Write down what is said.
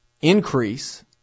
increase